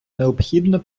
необхідно